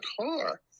car